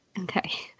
Okay